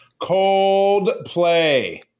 Coldplay